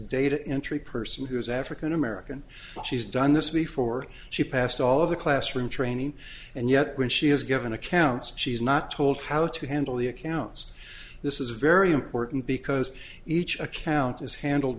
data entry person who is african american but she's done this before she passed all of the classroom training and yet when she is given accounts she's not told how to handle the accounts this is very important because each account is handled